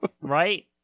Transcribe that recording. Right